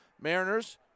Mariners